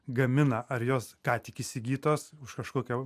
gamina ar jos ką tik įsigytos už kažkokio